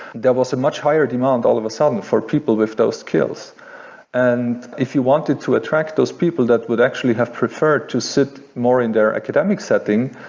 there was a much higher demand all of a sudden for people with those skills and if you wanted to attract those people that would actually have preferred to sit more in their academic setting,